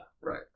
right